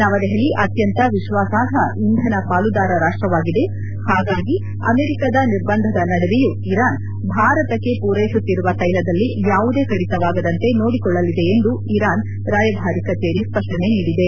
ನವದೆಹಲಿ ಅತ್ಯಂತ ವಿಶ್ವಾಸಾರ್ಹ ಇಂಧನ ಪಾಲುದಾರ ರಾಷ್ಟವಾಗಿದೆ ಹಾಗಾಗಿ ಅಮೆರಿಕಾದ ನಿರ್ಬಂಧದ ನಡುವೆಯೂ ಇರಾನ್ ಭಾರತಕ್ಕೆ ಪೂರೈಸುತ್ತಿರುವ ತೈಲದಲ್ಲಿ ಯಾವುದೇ ಕಡಿತವಾಗದಂತೆ ನೋಡಿಕೊಳ್ಳಲಿದೆ ಎಂದು ಇರಾನ್ನ ರಾಯಭಾರ ಕಚೇರಿ ಸ್ಪಷ್ಟನೆ ನೀಡಿದೆ